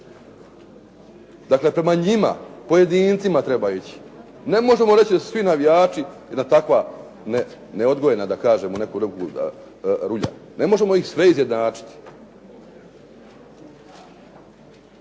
Dakle, prema njima pojedincima treba ići. Ne možemo reći svi navijači i da takva neodgojena da kažem u neku ruku rulja. Ne možemo ih sve izjednačiti.